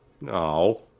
No